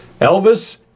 Elvis